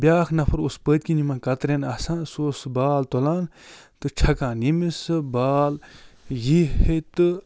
بیٛاکھ نفر اوس پٔتۍکِنۍ یِمن کترٮ۪ن آسان سُہ اوس سُہ بال تُلان تہٕ چھَکان ییٚمِس سُہ بال یی ہے تہٕ